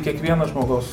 kiekvieno žmogaus